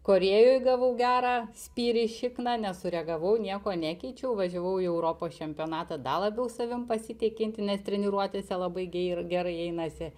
korėjoj gavau gerą spyrį į šikną nesureagavau nieko nekeičiau važiavau į europos čempionatą dar labiau savim pasitikinti nes treniruotėse labai geir gerai einasi